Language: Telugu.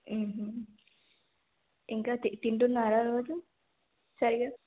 ఇంకా తింటున్నారా రోజు సరిగా